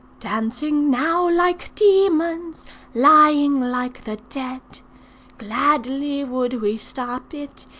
dancing now like demons lying like the dead gladly would we stop it,